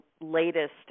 latest